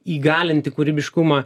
įgalinti kūrybiškumą